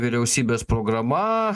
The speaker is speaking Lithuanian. vyriausybės programa